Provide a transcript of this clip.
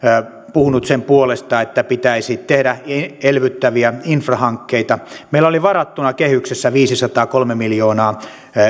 puhunut sen puolesta että pitäisi tehdä elvyttäviä infrahankkeita meillä oli varattuna kehyksessä viisisataakolme miljoonaa